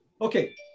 Okay